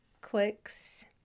clicks